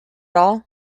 all